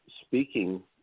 speaking